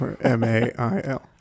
M-A-I-L